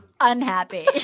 unhappy